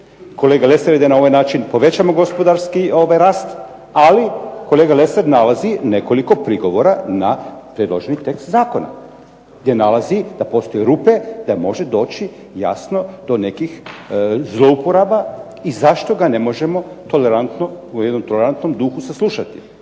kolega Lesar je da na ovaj način povećamo gospodarski rast ali kolega Lesar nalazi nekoliko prigovora na predloženi tekst zakona, gdje nalazi da postoje rupe da može doći jasno do nekih zlouporaba i zašto ga ne možemo u jednom tolerantnom duhu saslušati.